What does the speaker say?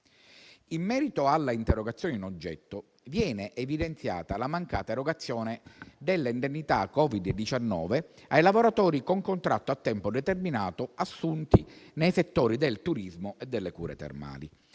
In merito all'interrogazione in oggetto, viene evidenziata la mancata erogazione delle indennità Covid-19 ai lavoratori con contratto a tempo determinato assunti nei settori del turismo e delle cure termali.